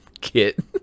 Kit